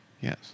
Yes